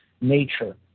nature